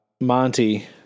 Monty